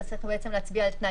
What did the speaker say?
אז בעצם צריך להצביע על תנאי,